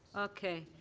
okay.